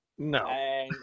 No